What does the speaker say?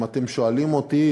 אם אתם שואלים אותי,